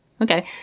okay